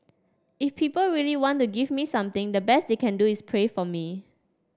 if people really want to give me something the best they can do is pray for me